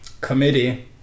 committee